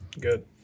Good